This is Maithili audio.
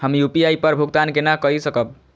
हम यू.पी.आई पर भुगतान केना कई सकब?